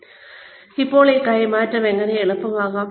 അപ്പോൾ ഈ കൈമാറ്റം എങ്ങനെ എളുപ്പമാക്കാം